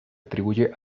atribuye